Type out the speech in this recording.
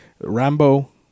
Rambo